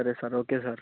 సరే sir okay sir